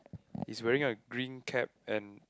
he's wearing a green cap and